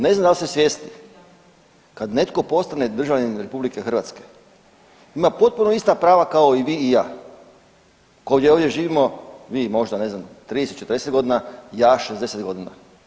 Ne znam da li ste svjesni, kad netko postane državljanin RH ima potpuno ista prava kao i vi i ja koji ovdje živimo vi možda ne znam 30, 40 godina, ja 60 godina.